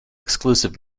exclusive